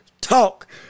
talk